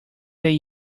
they